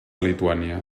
lituània